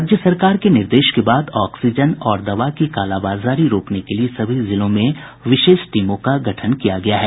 राज्य सरकार के निर्देश के बाद ऑक्सीजन और दवा की कालाबाजारी रोकने के लिए सभी जिलों में विशेष टीमों का गठन किया गया है